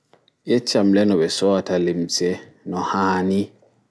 Yeccam le no ɓe soawata limse no haani